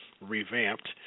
revamped